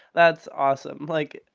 that's awesome. like,